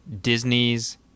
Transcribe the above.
Disney's